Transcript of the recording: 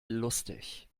lustig